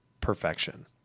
perfection